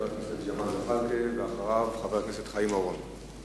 חבר הכנסת ג'מאל זחאלקה, ואחריו, חבר